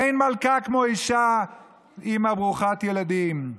אין מלכה כמו אישה אימא ברוכת ילדים.